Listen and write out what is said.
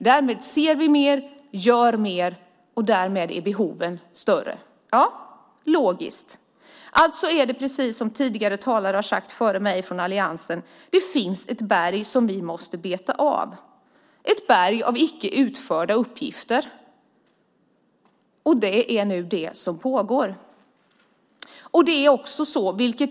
Därmed ser man mer och gör mer, vilket gör behoven större. Det är logiskt. Alltså är det precis som tidigare talare från alliansen har sagt: Det finns ett berg av icke utförda uppgifter som vi måste beta av, och det är det som pågår.